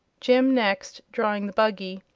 jim next, drawing the buggy,